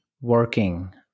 working